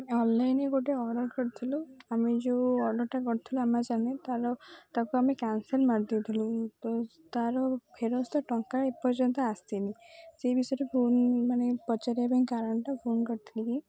online ଗୋଟେ order କରିଥିଲୁ ଆମେ ଯେଉଁ ଅର୍ଡ଼ରଟା କରିଥିଲୁ ଆମାଜନରେ ତା'ର ତାକୁ ଆମେ କ୍ୟାନସଲ୍ ମାରିଦେଇଥିଲୁ ତ ତା'ର ଫେରସ୍ତ ଟଙ୍କା ଏପର୍ଯ୍ୟନ୍ତ ଆସିନି ସେଇ ବିଷୟରେ ଫୋନ୍ ମାନେ ପଚାରିବା ପାଇଁ କାରଣଟା ଫୋନ୍ କରିଥିଲି କି